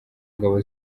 ngabo